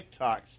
TikToks